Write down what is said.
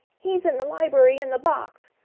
he's in the library in the box!